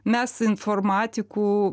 mes informatikų